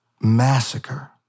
massacre